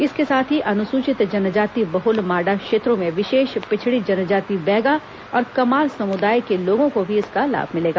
इसके साथ ही अनुसूचित जनजाति बहुल माडा क्षेत्रों में विशेष पिछड़ी जनजाति बैगा और कमार समुदायों के लोगों को भी इसका लाभ मिलेगा